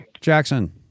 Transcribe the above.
Jackson